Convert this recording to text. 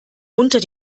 unter